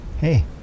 Hey